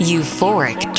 Euphoric